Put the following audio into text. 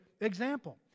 example